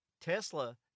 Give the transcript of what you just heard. Tesla